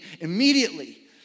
immediately